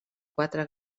quatre